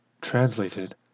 Translated